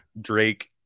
Drake